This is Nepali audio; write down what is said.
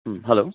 उम् हेलो